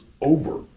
over